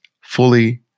fully